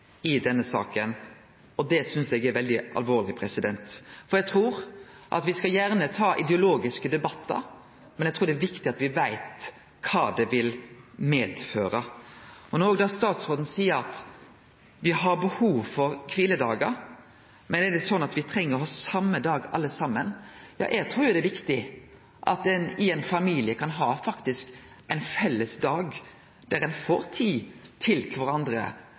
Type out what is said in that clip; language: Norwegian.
i denne saka. Det synest eg er veldig alvorleg. Vi skal gjerne ta ideologiske debattar, men eg trur det er viktig at vi veit kva det vil medføre. Statsråden seier at me har behov for kviledagar, men spør om det er slik at vi treng å ha det same dag alle saman. Eg trur det er viktig at ein familie kan ha ein felles dag der dei får tid til kvarandre,